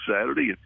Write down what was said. Saturday